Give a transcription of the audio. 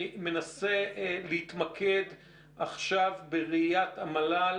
אני מנסה להתמקד עכשיו בראיית המל"ל